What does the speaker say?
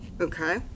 Okay